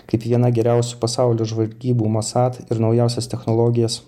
kaip vieną geriausių pasaulio žvalgybų mossad ir naujausias technologijas